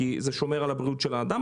כי זה שומר על בריאות האדם,